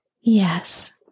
Yes